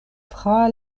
tra